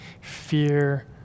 Fear